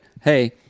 Hey